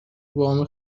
وام